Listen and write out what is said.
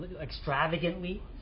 extravagantly